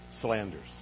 slanders